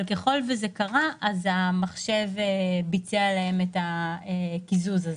אבל ככל וזה קרה המחשב ביצע להם את הקיזוז הזה.